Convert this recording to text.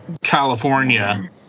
California